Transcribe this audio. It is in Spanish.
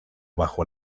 bajo